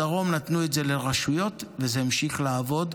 בדרום נתנו את זה לרשויות, וזה המשיך לעבוד,